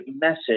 message